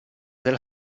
della